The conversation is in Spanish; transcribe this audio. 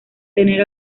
tener